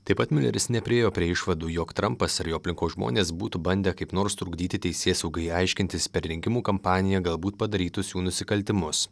taip pat miuleris nepriėjo prie išvadų jog trampas ir jo aplinkos žmonės būtų bandę kaip nors trukdyti teisėsaugai aiškintis per rinkimų kampaniją galbūt padarytus jų nusikaltimus